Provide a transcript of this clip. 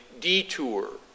detour